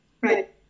Right